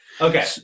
okay